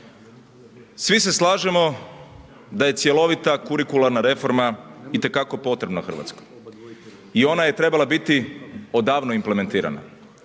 Svi se slažemo da je cjelovita kurikularna reforma itekako potrebna Hrvatskoj i ona je trebala biti odavno implementirana.